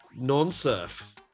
non-surf